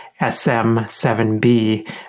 SM7B